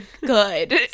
good